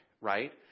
right